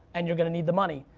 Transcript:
and you're gonna need the money.